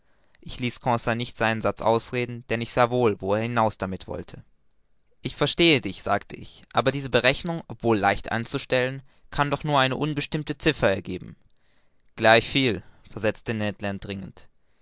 ich ließ conseil nicht seinen satz ausreden denn ich sah wohl wo hinaus er damit wollte ich verstehe dich sagte ich aber diese berechnung obwohl leicht anzustellen kann doch nur eine unbestimmte ziffer ergeben gleichviel versetzte ned land dringend